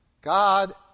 God